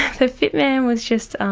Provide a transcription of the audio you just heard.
the fit man was just